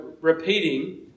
repeating